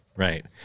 Right